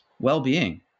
well-being